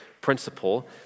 principle